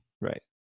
Right